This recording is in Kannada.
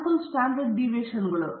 ಸ್ಯಾಂಪಲ್ ಸ್ಟ್ಯಾಂಡರ್ಡ್ ಡಿವೈಷನ್ ಗಳು